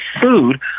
food